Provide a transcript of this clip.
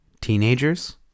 teenagers